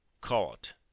caught